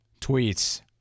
tweets